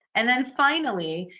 and then finally,